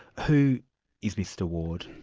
who is mr ward?